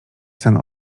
sen